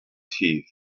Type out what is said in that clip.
teeth